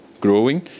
growing